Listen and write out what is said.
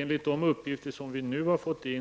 Enligt de uppgifter som vi nu har fått är